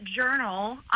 journal